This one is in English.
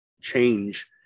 change